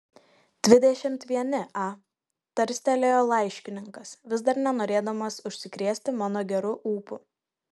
dvidešimt vieni a tarstelėjo laiškininkas vis dar nenorėdamas užsikrėsti mano geru ūpu